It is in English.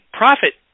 profit